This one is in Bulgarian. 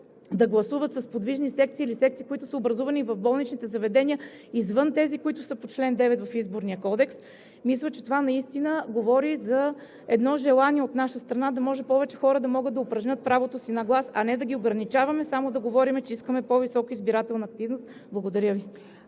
да гласуват с подвижни секции или секции, които са образувани в болничните заведения, извън тези, които са по чл. 9 в Изборния кодекс, мисля, че това наистина говори за желание от наша страна повече хора да могат да упражнят правото си на глас, а не да ги ограничаваме, само да говорим, че искаме по-висока избирателна активност. Благодаря Ви.